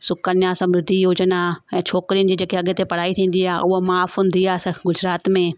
सुकन्या समृद्धि योजना ऐं छोकिरियुनि जी जेकी अॻिते पढ़ाई थींदी आहे उहा माफ़ हूंदी असांजे गुजरात में